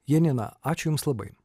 janina ačiū jums labai